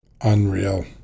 Unreal